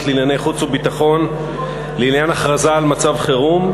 לענייני חוץ וביטחון לעניין הכרזה על מצב חירום,